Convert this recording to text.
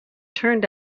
turned